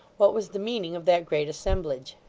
what was the meaning of that great assemblage.